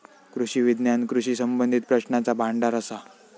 कृषी विज्ञान कृषी संबंधीत प्रश्नांचा भांडार असा